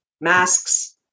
masks